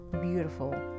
beautiful